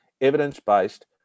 evidence-based